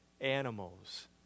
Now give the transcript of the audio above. animals